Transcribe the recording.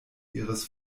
ihres